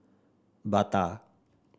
Bata